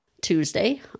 Tuesday